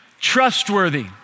trustworthy